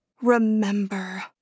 remember